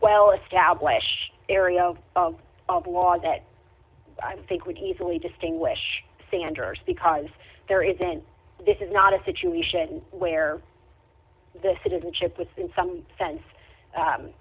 well established area of law that i think we can easily distinguish standers because there isn't this is not a situation where the citizenship was in some sense